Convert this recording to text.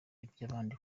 iby’abandi